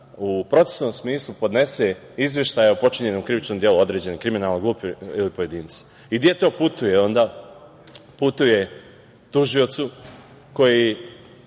u procesnom smislu podnese izveštaje o počinjenom krivičnom delu određene kriminalne grupe ili pojedinca. I gde to putuje onda? Putuje tužiocu koji